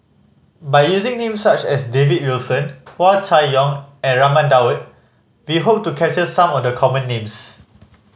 by using names such as David Wilson Hua Chai Yong and Raman Daud we hope to capture some of the common names